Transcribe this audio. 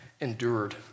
endured